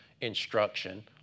instruction